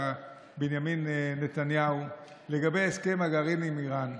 בנימין נתניהו לגבי הסכם הגרעין עם איראן.